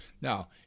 Now